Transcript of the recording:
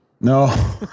No